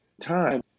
time